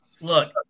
Look